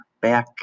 back